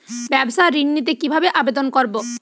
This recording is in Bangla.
ব্যাবসা ঋণ নিতে কিভাবে আবেদন করব?